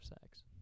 sex